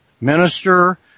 minister